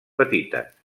petites